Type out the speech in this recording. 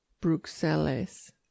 Bruxelles